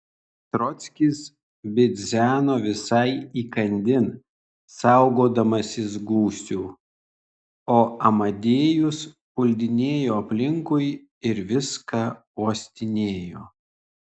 trockis bidzeno visai įkandin saugodamasis gūsių o amadėjus puldinėjo aplinkui ir viską uostinėjo